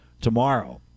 tomorrow